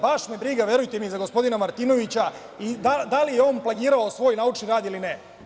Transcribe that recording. Baš me briga, verujte mi, i za gospodina Martinovića, i da li je on plagirao svoj naučni rad ili ne.